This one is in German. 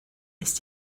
ist